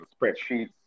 spreadsheets